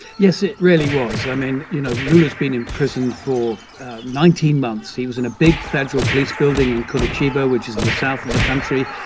yes, it really was. i mean, you know, lula's been in prison for nineteen months. he was in a big federal police building in curitiba, which is in the south of the country.